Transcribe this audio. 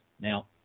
Now